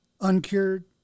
uncured